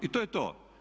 I to je to.